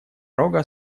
рога